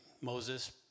Moses